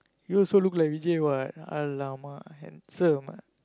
you also look like Vijay what !alamak! handsome ah